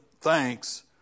thanks